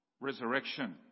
resurrection